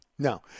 No